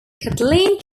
kathleen